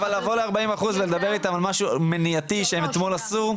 אבל לבוא ל-40 אחוז ולדבר איתם על משהו מניעתי שאתמול עשו,